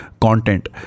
content